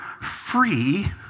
free